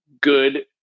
Good